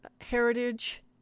Heritage